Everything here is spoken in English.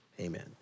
Amen